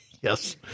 Yes